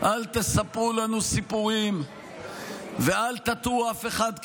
אל תספרו לנו סיפורים ואל תטעו אף אחד,